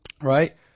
right